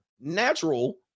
Natural